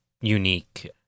unique